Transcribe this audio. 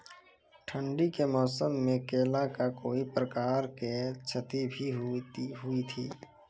ठंडी के मौसम मे केला का कोई प्रकार के क्षति भी हुई थी?